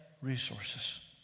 resources